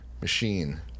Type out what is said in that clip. Machine